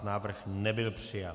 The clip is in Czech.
Návrh nebyl přijat.